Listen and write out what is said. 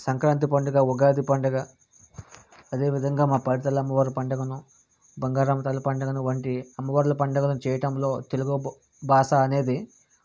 సంక్రాంతి పండుగ ఉగాది పండుగ అదే విధముగా మా పైడితల్లమ్మ వారి పండుగను బంగారమ్మ తల్లి పండుగను వంటి అమ్మవారుల పండుగను చేయడంలో తెలుగు భాష అనేది